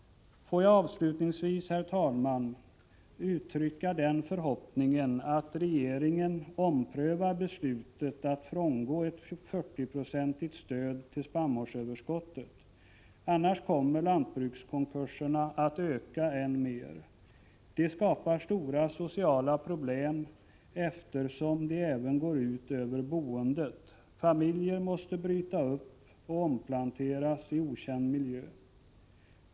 Får jag avslutningsvis, herr talman, uttrycka den förhoppningen att regeringen omprövar beslutet att frångå ett 40-procentigt stöd till spannmålsöverskottet. Annars kommer lantbrukskonkurserna att öka än mer. Det skapar stora sociala problem, eftersom de även går ut över boendet. Familjer måste bryta upp och omplanteras i okänd miljö.